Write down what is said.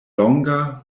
longa